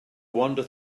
wander